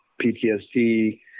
PTSD